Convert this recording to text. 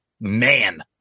man